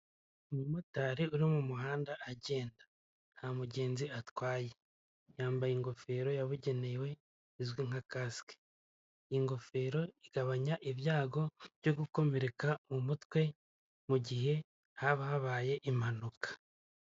Umumotari uri mu muhanda agenda, nta mugenzi atwaye, yambaye ingofero yabugenewe izwi nka kasike, ingofero igabanya ibyago byo gukomereka mu mutwe, mu gihe haba habaye impanuka.